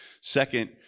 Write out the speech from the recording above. Second